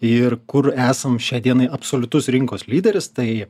ir kur esam šiai dienai absoliutus rinkos lyderis tai